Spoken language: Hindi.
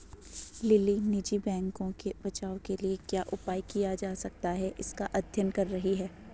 लिली निजी बैंकों के बचाव के लिए क्या उपाय किया जा सकता है इसका अध्ययन कर रही है